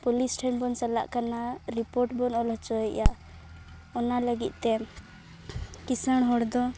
police ᱴᱷᱮᱱ ᱵᱚᱱ ᱪᱟᱞᱟᱜ ᱠᱟᱱᱟ ᱨᱤᱯᱳᱴ ᱵᱚᱱ ᱚᱞ ᱦᱚᱪᱚᱭᱮᱫᱼᱟ ᱚᱱᱟ ᱞᱟᱹᱜᱤᱫ ᱛᱮ ᱠᱤᱸᱥᱟᱹᱬ ᱦᱚᱲ ᱫᱚ